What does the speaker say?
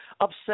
upset